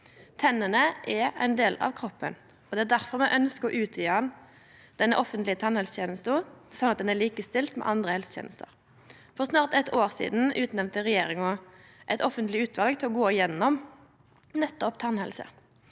Tennene er ein del av kroppen, og det er difor vi ønskjer å utvide den offentlege tannhelsetenesta, slik at ho er likestilt med andre helsetenester. For snart eitt år sidan utnemnde regjeringa eit offentleg utval til å gå gjennom nettopp tannhelse.